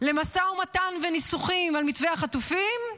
למשא ומתן וניסוחים של מתווה חטופים,